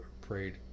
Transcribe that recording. prayed